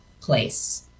place